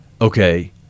Okay